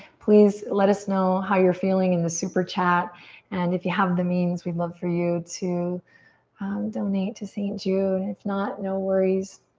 please let us know how you're feeling in the super chat and if you have the means, we'd love for you to donate to st. jude. if not, no worries.